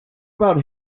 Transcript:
about